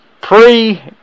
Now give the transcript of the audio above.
pre